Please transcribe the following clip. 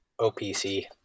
OPC